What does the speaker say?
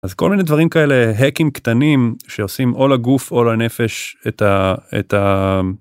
אז כל מיני דברים כאלה, "האקים" קטנים, שעושים או לגוף או לנפש את ה...